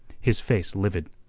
his face livid.